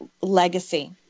legacy